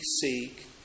seek